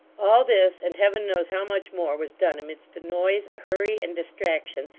all this, and heaven knows how much more, was done amidst a noise, a hurry, and distraction,